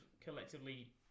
collectively